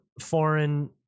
foreign